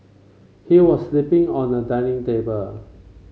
he was sleeping on a dining table